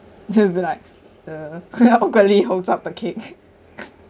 that'll be like a hope girly holds up the cake